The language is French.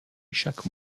chaque